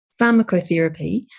Pharmacotherapy